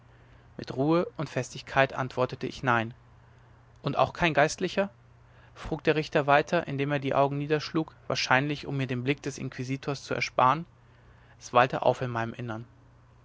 mit ruhe und festigkeit antwortete ich nein und auch kein geistlicher frug der richter weiter indem er die augen niederschlug wahrscheinlich um mir den blick des inquisitors zu ersparen es wallte auf in meinem innern